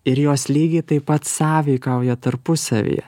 ir jos lygiai taip pat sąveikauja tarpusavyje